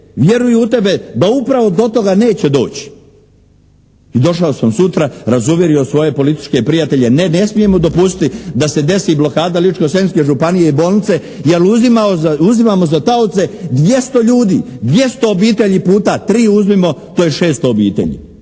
vjeruju u tebe da upravo do toga neće doći. I došao sam sutra, razuvjerio svoje političke prijatelje, ne, ne smijemo dopustiti da se desi blokada Ličko-senjske županije i bolnice, jel' uzimamo za taoce 200 ljudi, 200 obitelji puta tri uzmimo, to je 600 obitelji.